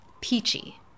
Peachy